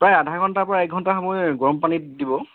প্ৰায় আধা ঘণ্টাৰ পৰা এক ঘণ্টা সময় গৰম পানীত দিব